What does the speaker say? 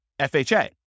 FHA